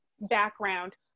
background